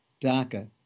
DACA